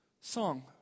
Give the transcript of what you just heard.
Song